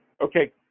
Okay